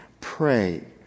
Pray